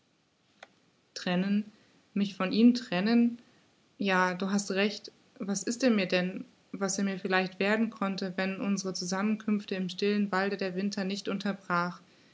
trennen mich von ihm trennen ja du hast recht was ist er mir denn was er mir vielleicht werden konnte wenn unsere zusammenkünfte im stillen walde der winter nicht unterbrach